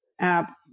app